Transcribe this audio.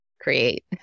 create